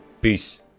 Peace